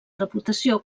reputació